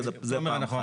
זה דבר ראשון.